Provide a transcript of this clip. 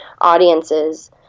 audiences